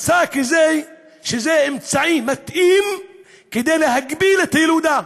הוא מצא שזה אמצעי מתאים להגביל את הילודה,